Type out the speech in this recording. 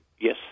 Yes